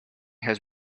has